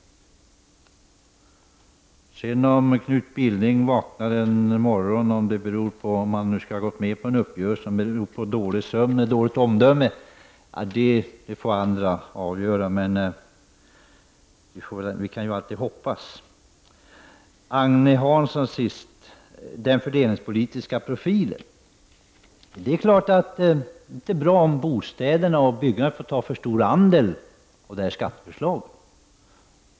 Så till frågan om Knut Billing någon gång skulle kunna gå med på en uppgörelse med bostadsministern och om det i så fall skulle bero på dålig sömn eller dåligt omdöme. Det är en fråga som andra får avgöra, men vi kan ju alltid hoppas. Vidare till Agne Hansson om den fördelningspolitiska profilen. Det är naturligtvis inte bra om bostäderna och byggandet tillåts ta alltför stor andel av finansieringen av skatteförslaget.